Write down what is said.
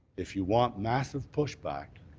if you want massive push back,